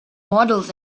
models